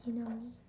in army